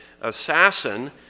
assassin